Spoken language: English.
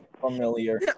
familiar